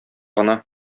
гына